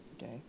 okay